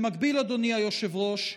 במקביל, אדוני היושב-ראש,